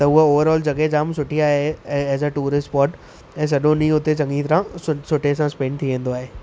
त उहा overall जॻह जाम सुठी आहे ऐं एस अ टूरिस्ट स्पॉट सॼो ॾींहुं हुते चङी तरह सुठे सां स्पेंड थी वेंदो आहे